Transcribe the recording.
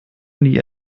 nie